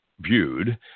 viewed